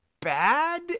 bad